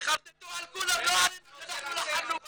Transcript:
תחרטטו על כולם, לא עלינו שאנחנו לחמנו בכם.